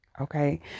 okay